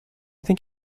think